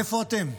איפה אתם?